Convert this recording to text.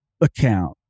account